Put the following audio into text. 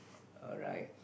alright